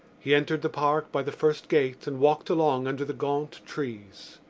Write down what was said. he entered the park by the first gate and walked along under the gaunt trees.